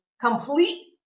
complete